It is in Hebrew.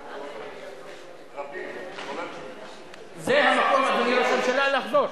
חבל שלא היית בה,